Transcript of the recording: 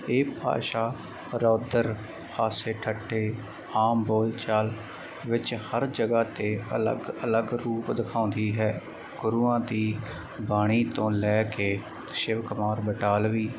ਇਹ ਭਾਸ਼ਾ ਰੌਦਰ ਹਾਸੇ ਠੱਠੇ ਆਮ ਬੋਲ ਚਾਲ ਵਿੱਚ ਹਰ ਜਗ੍ਹਾ ਤੇ ਅਲੱਗ ਅਲੱਗ ਰੂਪ ਦਿਖਾਉਂਦੀ ਹੈ ਗੁਰੂਆਂ ਦੀ ਬਾਣੀ ਤੋਂ ਲੈ ਕੇ ਸ਼ਿਵ ਕੁਮਾਰ ਬਟਾਲਵੀ